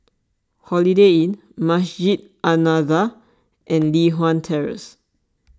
Holiday Inn Masjid An Nahdhah and Li Hwan Terrace